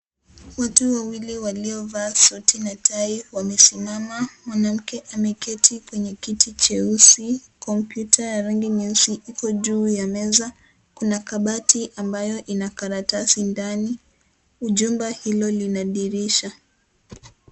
Watu wawili walio vaa suti na tai wamesimama, mwanamke ameketi kwenye kiti cheusi. Kompyuta ya rangi nyeusi iko juu ya meza, kuna kabati ambayo ina karatasi ndani, ujumba hilo lina dirisha.